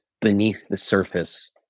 beneath-the-surface